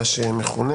מה שמכונה